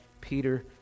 Peter